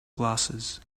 glasses